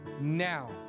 now